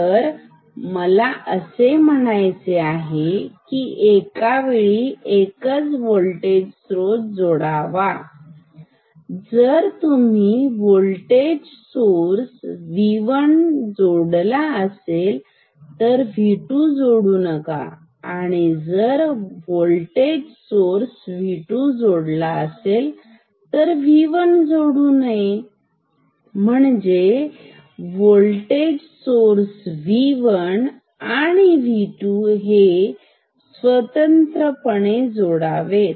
तर मला असे म्हणायचे आहे की एका वेळी एकच व्होल्टेज स्त्रोत जोडावा जर तुम्ही व्होल्टेज स्त्रोत V1 जोडला असेल तर V2 जोडू नये आणि जर व्होल्टेज स्त्रोत V2 जोडला असेल तर V1 जोडू नये म्हणजे व्होल्टेज स्त्रोत V1 आणि V2 हे स्वतंत्रपणे जोडावेत